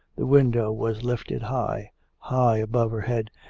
the window was lifted high high above her head,